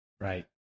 right